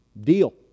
Deal